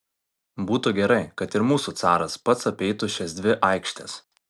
būtų gerai kad ir mūsų caras pats apeitų šias dvi aikštes